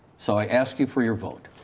so i ask you for your vote.